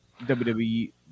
WWE